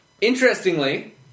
Interestingly